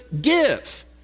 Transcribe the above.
give